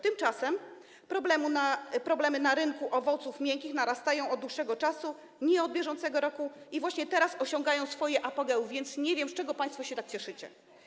Tymczasem problemy na rynku owoców miękkich narastają od dłuższego czasu, nie od bieżącego roku, i właśnie teraz osiągają swoje apogeum, więc nie wiem, z czego państwo się tak cieszycie.